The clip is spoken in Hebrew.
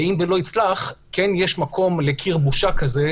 אם לא יצלח כן יש מקום לקיר בושה כזה,